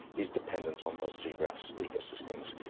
is dependent on those seagrass ecosystems.